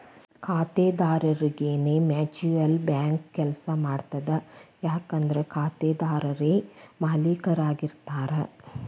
ಖಾತೆದಾರರರಿಗೆನೇ mutual bank ಕೆಲ್ಸ ಮಾಡ್ತದ ಯಾಕಂದ್ರ ಖಾತೆದಾರರೇ ಮಾಲೇಕರಾಗಿರ್ತಾರ